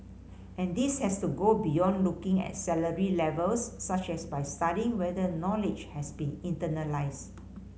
and this has to go beyond looking at salary levels such as by studying whether knowledge has been internalised